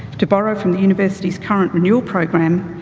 to borrow from the university's current renewal program,